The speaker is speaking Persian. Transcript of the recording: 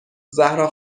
زهرا